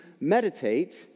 meditate